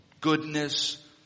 goodness